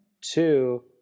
Two